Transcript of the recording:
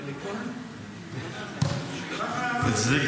זה גם סדום.